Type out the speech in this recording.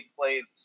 played